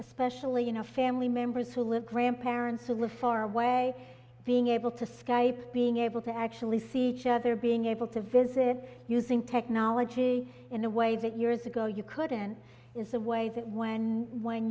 especially you know family members who live grandparents or live far away being able to skype being able to actually see each other being able to visit using technology in a way that years ago you couldn't is the way that when when